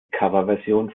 coverversion